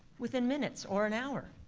within minutes or an hour.